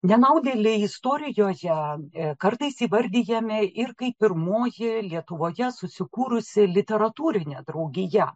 nenaudėliai istorijoje kartais įvardijami ir kaip pirmoji lietuvoje susikūrusi literatūrinė draugija